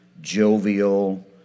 jovial